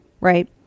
Right